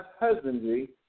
husbandry